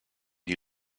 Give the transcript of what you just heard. die